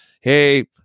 hey